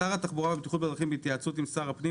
שר התחבורה והבטיחות בדרכים בהתייעצות עם שר הפנים,